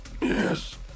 Yes